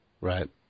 Right